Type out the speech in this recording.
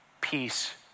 Peace